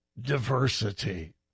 diversity